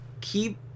keep